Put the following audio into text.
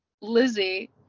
Lizzie